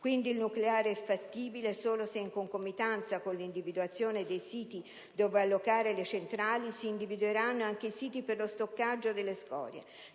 quindi il nucleare è fattibile solo se, in concomitanza con l'individuazione dei siti dove allocare le centrali, si individueranno anche i siti per lo stoccaggio delle scorie.